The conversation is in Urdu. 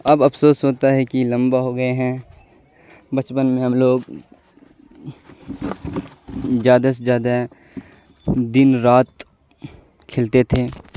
اب افسوس ہوتا ہے کہ لمبا ہو گئے ہیں بچپن میں ہم لوگ زیادہ سے زیادہ دن رات کھیلتے تھے